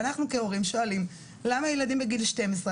אנחנו כהורים שואלים למה ילדים בגיל 12,